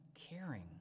caring